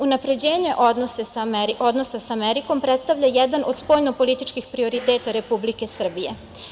Unapređenje odnosa sa Amerikom predstavlja jedan od spoljno-političkih prioriteta Republike Srbije.